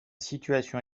situation